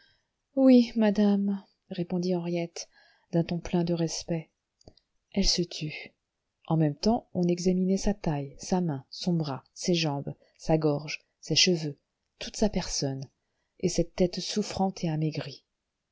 oui madame répondit henriette d'un ton plein de respect elle se tut en même temps on examinait sa taille sa main son bras ses jambes sa gorge ses cheveux toute sa personne et cette tête souffrante et amaigrie